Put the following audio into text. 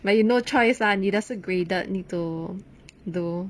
but you no choice lah 你的是 graded need to do